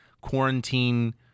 quarantine